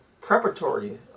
preparatory